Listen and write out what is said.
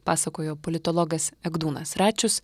pasakojo politologas egdūnas račius